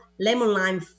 lemon-lime